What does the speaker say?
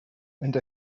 and